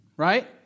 Right